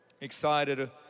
Excited